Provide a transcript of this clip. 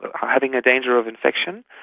ah having a danger of infection.